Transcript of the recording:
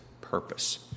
purpose